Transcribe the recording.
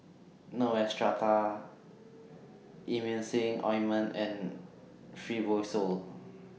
Neostrata Emulsying Ointment and Fibrosol